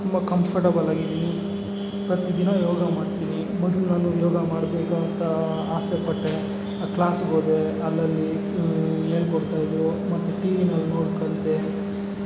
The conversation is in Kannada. ತುಂಬ ಕಂಫರ್ಟಬಲ್ ಆಗಿದ್ದೀನಿ ಮತ್ತೆ ದಿನಾ ಯೋಗ ಮಾಡ್ತೀನಿ ಮೊದಲು ನಾನು ಯೋಗ ಮಾಡ್ಬೇಕಂತ ಆಸೆ ಪಟ್ಟೆ ಕ್ಲಾಸ್ಗೆ ಹೋದೆ ಅಲ್ಲಲ್ಲಿ ಹೇಳಿ ಕೊಡ್ತಾಯಿದ್ರು ಮತ್ತೆ ಟಿ ವಿನಲ್ಲಿ ನೋಡಿ ಕಲಿತೆ